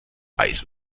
eis